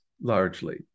largely